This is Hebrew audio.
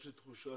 יש לי תחושה